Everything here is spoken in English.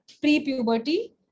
pre-puberty